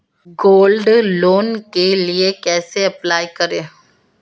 Gold loan के लिए कैसे अप्लाई करें?